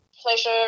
pleasure